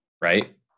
right